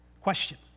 Question